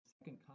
second